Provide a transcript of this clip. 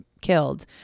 killed